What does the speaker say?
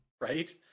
Right